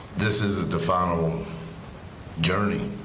this isn't the final journey,